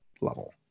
level